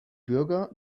bürger